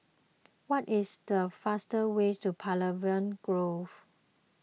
what is the fastest ways to Pavilion Grove